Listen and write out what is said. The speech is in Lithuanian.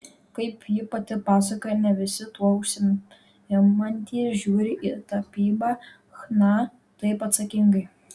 kaip ji pati pasakoja ne visi tuo užsiimantys žiūri į tapybą chna taip atsakingai